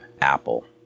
apple